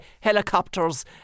helicopters